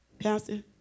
Pastor